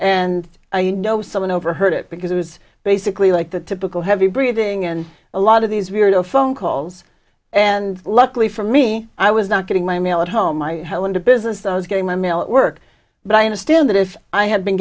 you know someone overheard it because it was basically like the typical heavy breathing and a lot of these weirdo phone calls and luckily for me i was not getting my mail at home i held on to business i was getting my mail work but i understand that if i had been